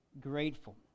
grateful